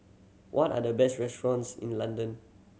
what are the best restaurants in London